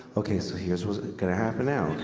okay so here's was going to happen now, ok?